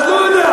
אז אני לא יודע.